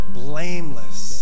blameless